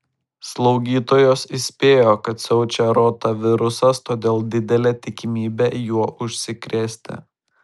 slaugytojos įspėjo kad siaučia rotavirusas todėl didelė tikimybė juo užsikrėsti